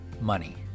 money